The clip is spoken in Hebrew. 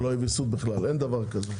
אין דבר כזה.